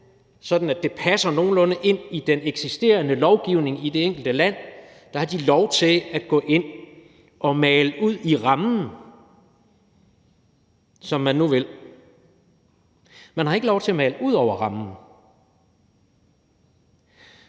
sådan at det passer nogenlunde ind i den eksisterende lovgivning i det enkelte land – at gå ind og male ud i rammen, som de nu vil. De har ikke lov til at male ud over rammen.